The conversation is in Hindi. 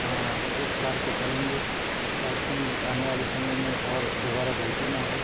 आ उस कार्य को करेंगे ताकि आने वाले समय में और दोबारा गलती ना हो